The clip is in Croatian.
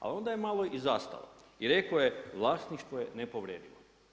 A onda je malo i zastala i rekao je vlasništvo je nepovredivo.